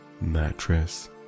mattress